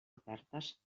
ofertes